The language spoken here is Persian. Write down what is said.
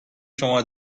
شما